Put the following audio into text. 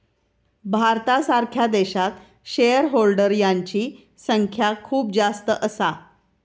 भारतासारख्या देशात share holder यांची संख्या खूप जास्त असा